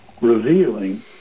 revealing